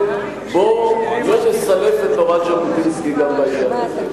בואו לא נסלף את תורת ז'בוטינסקי גם בעניין הזה.